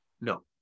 No